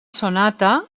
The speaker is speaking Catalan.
sonata